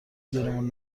گیرمون